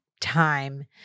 time